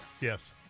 Yes